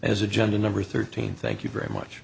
as agenda number thirteen thank you very much